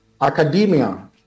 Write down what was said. academia